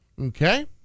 Okay